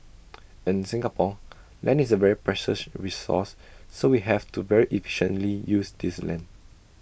in Singapore land is A very precious resource so we have to very efficiently use this land